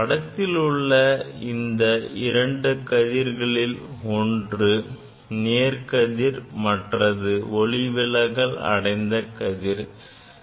படத்தில் உள்ள இந்த இரண்டு கதிர்களில் ஒன்று நேர்கதிர் மற்றது ஒளிவிலகல் அடைந்த கதிர் ஆகும்